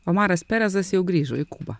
omaras perezas jau grįžo į kubą